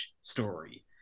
story